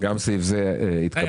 גם סעיף זה התקבל.